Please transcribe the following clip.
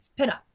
pinup